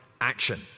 action